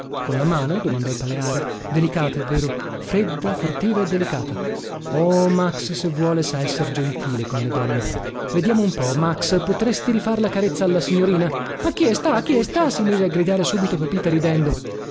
con la mano domandò il paleari delicata è vero fredda furtiva e delicata oh max se vuole sa esser gentile con le donne vediamo un po max potresti rifar la carezza alla signorina aquí est aquí est si mise a gridare subito pepita ridendo